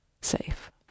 safe